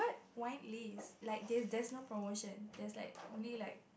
wine list like there's there's no promotion there's like only like